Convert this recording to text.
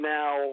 now